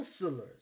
counselors